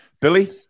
Billy